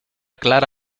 clara